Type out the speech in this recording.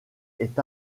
est